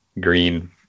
green